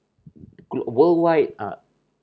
glo~ worldwide uh